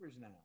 now